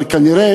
אבל כנראה